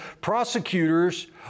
prosecutors